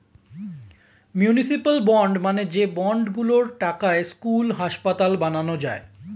municipal bond মানে যে bond গুলোর টাকায় স্কুল, হাসপাতাল বানানো যায়